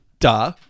Duh